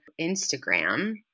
Instagram